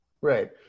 Right